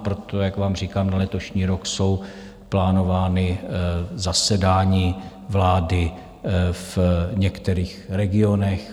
Proto, jak vám říkám, na letošní rok jsou plánována zasedání vlády v některých regionech.